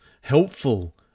helpful